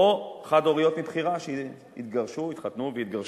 או חד-הוריות מבחירה, שהתגרשו, התחתנו והתגרשו,